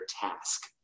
task